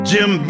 Jim